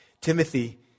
Timothy